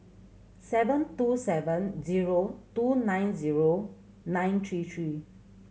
seven two seven zero two nine zero nine three three